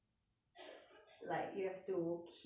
like you have to keep it constant